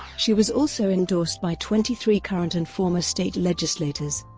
she was also endorsed by twenty three current and former state legislators.